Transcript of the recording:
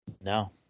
No